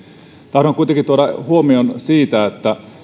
tahdon kuitenkin tuoda huomion siitä että